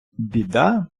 біда